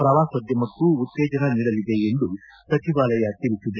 ಪ್ರವಾಸೋದ್ಯಮಕ್ಕೂ ಉತ್ತೇಜನ ನೀಡಲಿದೆ ಎಂದು ಸಚಿವಾಲಯ ತಿಳಿಸಿದೆ